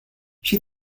she